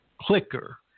clicker